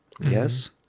Yes